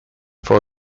for